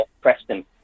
Preston